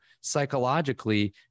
psychologically